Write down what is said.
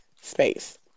space